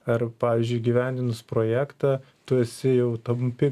ar pavyzdžiui įgyvendinus projektą tu esi jau tampi